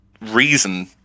reason